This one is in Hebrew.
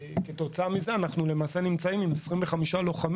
כתוצאה מזה התחילו את הקורס הנוכחי 25 לוחמים.